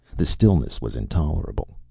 the stillness was intolerable.